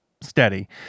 steady